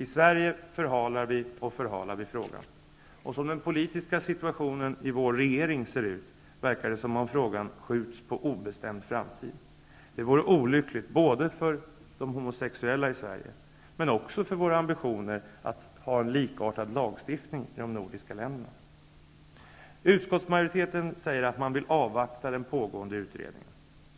I Sverige förhalar och förhalar vi frågan, och med tanke på den politiska situationen i vår regering verkar det som om frågan skjuts på obestämd framtid. Det vore olyckligt både för de homosexuella i Sverige och för våra ambitioner att i de nordiska länderna ha en likartad lagstiftning. Utskottsmajoriteten säger att man vill avvakta den pågående utredningen.